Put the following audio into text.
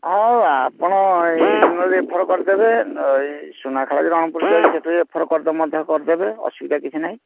ହଁ ଆପଣ ଏଇଠୁ ନହେଲେ ରେଫର କରିଦେବେ ଏଇ ସୁନାଖଳା କି ରଣପୁର ଯାଇକି ସେଠୁ ରେଫର କରିଦେବେ ମଧ୍ୟ କରିଦେବେ ଅସୁବିଧା କିଛି ନାହିଁ